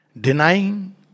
denying